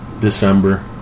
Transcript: December